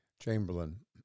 Chamberlain